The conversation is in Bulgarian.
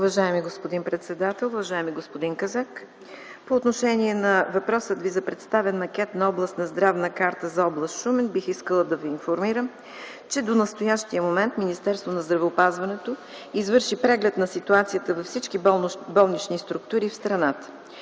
Уважаеми господин председател, уважаеми господин Казак! По отношение на въпроса Ви за представен макет на Областна здравна карта за област Шумен бих искала да Ви информирам, че до настоящия момент Министерството на здравеопазването извърши преглед на ситуацията във всички болнични структури в страната.